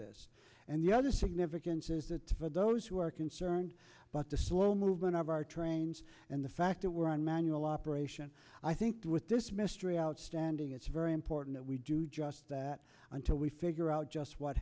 this and the other never again for those who are concerned about the slow movement of our trains and the fact that we're on manual operation i think with this mystery outstanding it's very important that we do just that until we figure out just what